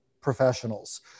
professionals